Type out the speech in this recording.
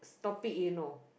topic you know